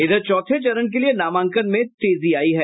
इधर चौथे चरण के लिये नामांकन में तेजी आयी है